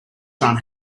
son